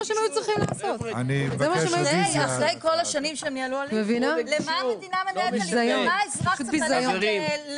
17:03.